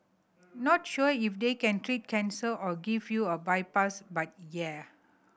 not sure if they can treat cancer or give you a bypass but yeah